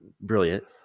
brilliant